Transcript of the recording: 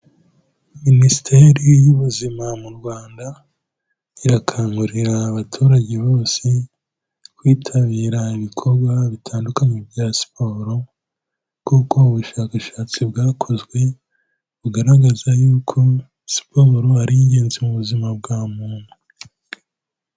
Minisiteri y'ubuzima mu Rwanda irakangurira abaturage bose kwitabira ibikorwa bitandukanye bya siporo, kuko ubushakashatsi bwakozwe bugaragaza yuko siporo ari ingenzi mu buzima bwa muntu.